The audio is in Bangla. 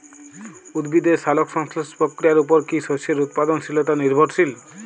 উদ্ভিদের সালোক সংশ্লেষ প্রক্রিয়ার উপর কী শস্যের উৎপাদনশীলতা নির্ভরশীল?